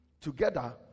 together